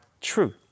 true